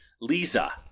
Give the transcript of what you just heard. Lisa